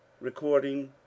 Recording